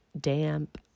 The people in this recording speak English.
damp